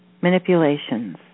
manipulations